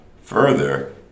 Further